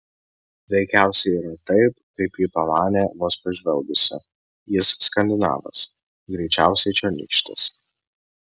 veikiausiai yra taip kaip ji pamanė vos pažvelgusi jis skandinavas greičiausiai čionykštis